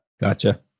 Gotcha